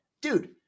dude